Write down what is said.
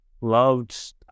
loved